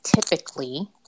typically